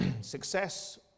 success